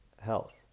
health